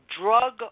drug